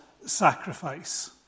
sacrifice